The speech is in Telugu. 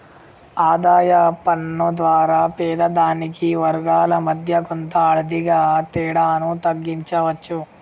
ఆదాయ పన్ను ద్వారా పేద ధనిక వర్గాల మధ్య కొంత ఆర్థిక తేడాను తగ్గించవచ్చు